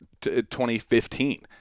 2015